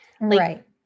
Right